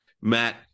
Matt